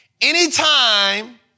Anytime